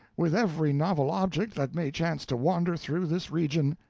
with every novel object that may chance to wander through this region.